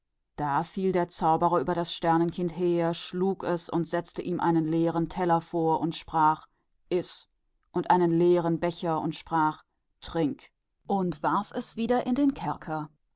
da fiel der zauberer über das kind her und schlug es und setzte ihm einen leeren teller vor und sagte iß und einen leeren becher und sagte trink und warf es wieder in den kerker